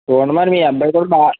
చూడండి మరి మీ అబ్బాయి కూడా బాగా